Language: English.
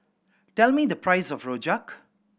tell me the price of rojak